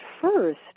first